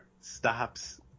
stops